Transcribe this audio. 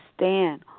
stand